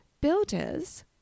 Builders